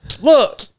Look